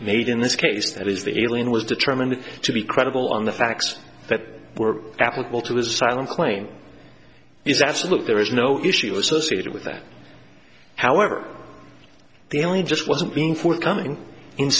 made in this case that is the alien was determined to be credible on the facts that were applicable to his asylum claim is absolute there is no issue associated with that however the only just wasn't being forthcoming in